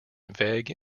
vague